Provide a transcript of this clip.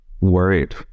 worried